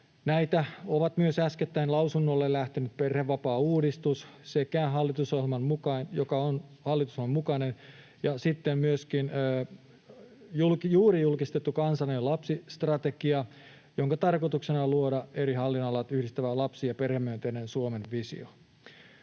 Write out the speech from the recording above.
Näitä ovat myös äskettäin lausunnolle lähtenyt perhevapaauudistus, joka on hallitusohjelman mukainen, ja sitten myöskin juuri julkistettu kansallinen lapsistrategia, jonka tarkoituksena on luoda eri hallinnonalat yhdistävä lapsi- ja perhemyönteinen Suomen visio.